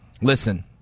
listen